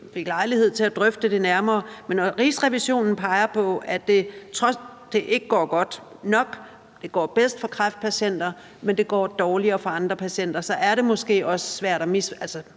fik lejlighed til at drøfte det nærmere. Men når Rigsrevisionen peger på, at det ikke går godt nok – det går bedst for kræftpatienter, men det går dårligere for andre patienter – så kan man nok let komme